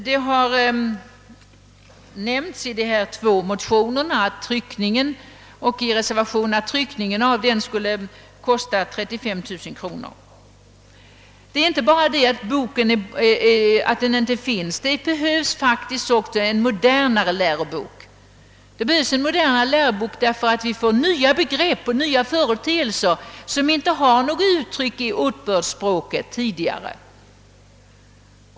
Det har nämnts i de båda motionerna och i reservationen att tryckningen av en ny bok skulle kosta 35 000 kronor. Det är emellertid inte bara det att boken inte längre finns; det behövs också en modernare lärobok, eftersom nya företeelser och nya begrepp tillkommer i språket som inte haft några uttryck i åtbördsspråket tidigare.